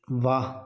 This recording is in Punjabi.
ਵਾਹ